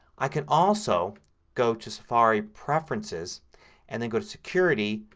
i can also go to safari preferences and then go to security,